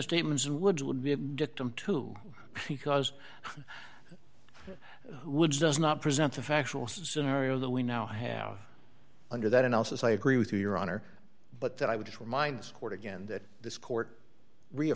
victim too because woods does not present a factual scenario that we now have under that analysis i agree with you your honor but that i would just remind scored again that this court